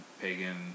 pagan